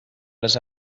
les